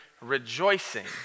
rejoicing